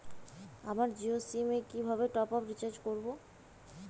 আমার জিও সিম এ কিভাবে টপ আপ রিচার্জ করবো?